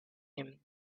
him